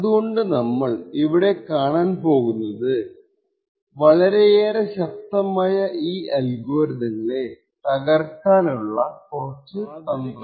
അതുകൊണ്ട് നമ്മൾ ഇവിടെ കാണാൻ പോകുന്നത് വളരെയേറെ ശക്തമായ ഈ അൽഗോരിതങ്ങളെ തകർക്കാൻ ഉള്ള കുറച്ചു തന്ത്രങ്ങളാണ്